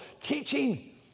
teaching